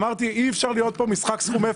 אמרתי שאי-אפשר להיות פה משחק סכום אפס,